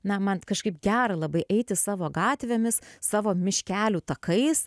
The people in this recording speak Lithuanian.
na man kažkaip gera labai eiti savo gatvėmis savo miškelių takais